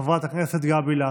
חברת הכנסת גבי לסקי.